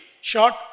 short